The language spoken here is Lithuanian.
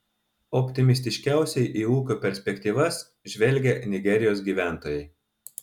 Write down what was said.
optimistiškiausiai į ūkio perspektyvas žvelgia nigerijos gyventojai